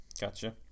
gotcha